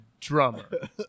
drummer